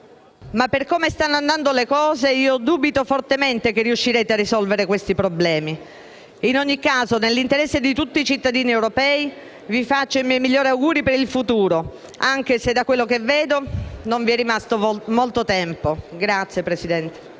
Ma, per come stanno andando le cose, dubito fortemente che riuscirete a risolvere questi problemi e in ogni caso, nell'interesse di tutti i cittadini europei, vi faccio i miei migliori auguri per il futuro, anche se, da quello che vedo, non vi è rimasto più molto tempo. *(Applausi